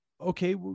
Okay